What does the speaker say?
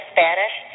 Spanish